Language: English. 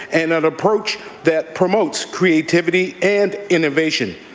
and an approach that promotes creativity and innovation,